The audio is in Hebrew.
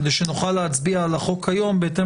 כדי שנוכל להצביע על החוק היום בהתאם